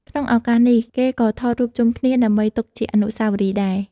ក្នុងឱកាសនេះ គេក៏ថតរូបជុំគ្នាដើម្បីទុកជាអនុស្សាវរីយ៍ដែរ។